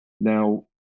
Now